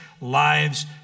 lives